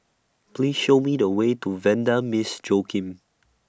Please Show Me The Way to Vanda Miss Joaquim